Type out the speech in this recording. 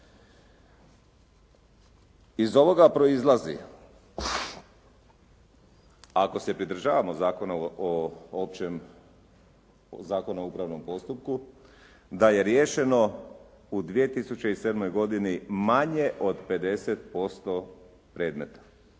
Iz ovoga proizlazi a ako se pridržavamo Zakona o općem, Zakona o upravnom postupku da je riješeno u 2007. godini manje od 50% predmeta